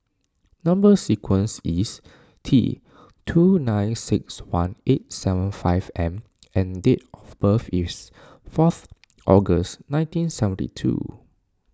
Number Sequence is T two nine six one eight seven five M and date of birth is fourth August nineteen seventy two